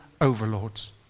overlords